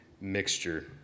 mixture